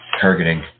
targeting